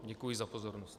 Děkuji za pozornost.